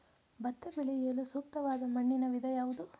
ಭತ್ತ ಬೆಳೆಯಲು ಸೂಕ್ತವಾದ ಮಣ್ಣಿನ ವಿಧ ಯಾವುದು?